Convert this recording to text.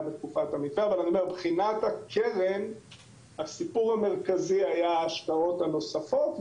בתקופת --- אבל מבחינת הקרן הסיפור המרכזי היה ההשקעות הנוספות,